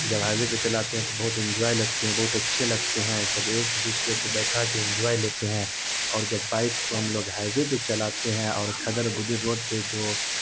جب ہائیوے پہ چلاتے ہیں تو بہت انجوائے لگتے ہیں بہت اچھے لگتے ہیں جب ایک دوسرے کو بیٹھا کے انجوائے لیتے ہیں اور جب بائک کو ہم لوگ ہائیوے پہ چلاتے ہیں اور کدر بدر روڈ پہ جو